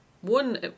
one